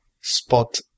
spot